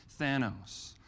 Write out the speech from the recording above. Thanos